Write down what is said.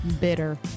Bitter